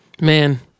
man